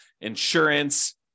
insurance